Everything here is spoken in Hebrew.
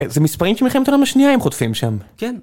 זה מספרים של מלחמת העולם השנייה הם חוטפים שם? כן